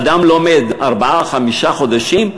אדם לומד ארבעה-חמישה חודשים?